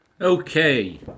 okay